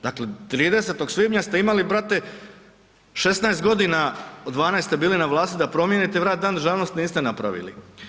Dakle, 30. svibnja ste imali, brate, 16 godina, 12 ste bili na vlasti da promijenite Dan državnosti, niste napravili.